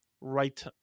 right